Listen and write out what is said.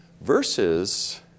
versus